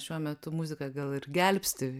šiuo metu muzika gal ir gelbsti